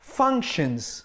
functions